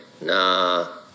Nah